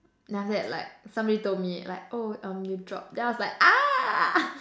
then after that like somebody told me like oh um you dropped then I was like